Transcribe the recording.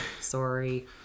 Sorry